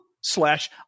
slash